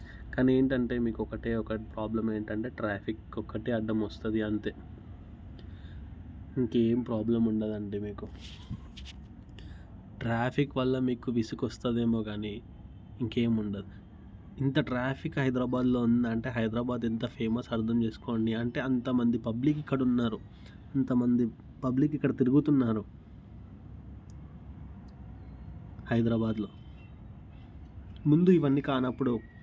కానీ ఏంటంటే మీకు ఒకటే ఒకటి ప్రాబ్లం ఏంటంటే ట్రాఫిక్ ఒకటే అడ్డం వస్తుంది అంతే ఇంక ఏమి ప్రాబ్లం ఉండదండి మీకు ట్రాఫిక్ వల్ల మీకు విసుగు వస్తుంది ఏమో కానీ ఇంకా ఏమీ ఉండదు ఇంత ట్రాఫిక్ హైదరాబాద్లో ఉంది అంటే హైదరాబాద్ ఎంత ఫేమస్ అర్థం చేసుకోండి అంటే అంత మంది పబ్లిక్ ఇక్కడ ఉన్నారు అంతమంది పబ్లిక్ ఇక్కడ తిరుగుతున్నారు హైదరాబాద్లో ముందు ఇవన్నీ కానప్పుడు